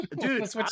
Dude